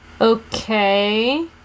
Okay